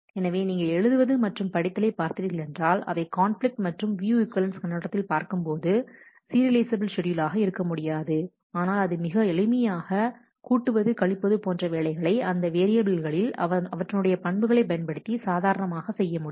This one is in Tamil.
எனவே நீங்கள் எழுதுவது மற்றும் படித்தலை பார்த்தீர்களென்றால் அவை கான்பிலிக்ட் மற்றும் வியூ ஈக்வலன்ஸ் கண்ணோட்டத்தில் பார்க்கும்போது சீரியலைஃசபில் ஷெட்யூல் ஆக இருக்க முடியாது ஆனால் அது மிக எளிமையான கூட்டுவது கழிப்பது போன்ற வேலைகளை அந்த வேரியபில்களில் அவற்றினுடைய பண்புகளை பயன்படுத்தி சாதாரணமாக செய்ய முடியும்